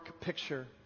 picture